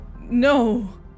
No